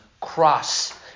cross